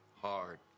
hard